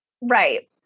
right